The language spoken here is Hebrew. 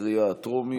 לקריאה הטרומית.